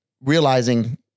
Realizing